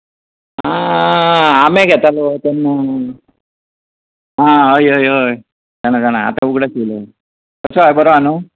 आं आंबे घेताना आं हय हय हय जाणां जाणां आतां उगडास येलो कसो आहा बरो आहा न्हू